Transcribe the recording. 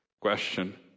Question